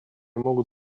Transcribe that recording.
могут